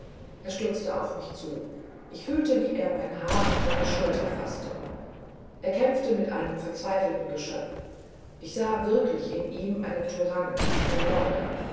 er stürzte auf mich zu ich fühlte wie er mein haar und meine schulter faßte er kämpfte mit einem verzweifelten geschöpfe ich sah wirklich in ihm einen tyrannen einen mörder